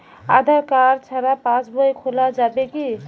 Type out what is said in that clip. আধার card ছাড়া পাশবই খোলা যাবে কি?